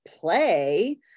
play